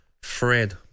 Fred